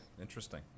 interesting